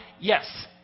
Yes